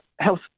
health